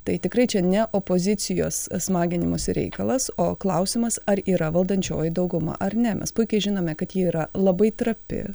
tai tikrai čia ne opozicijos smaginimosi reikalas o klausimas ar yra valdančioji dauguma ar ne mes puikiai žinome kad ji yra labai trapi